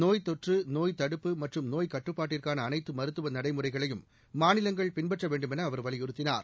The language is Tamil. நோய்த்தொற்று நோய் தடுப்பு மற்றும் நோய் கட்டுப்பாட்டிற்கான அனைத்து மருத்துவ நடைமுறைகளையும் மாநிலங்கள் பின்பற்ற வேண்டுமென அவர் வலியுறுத்தினார்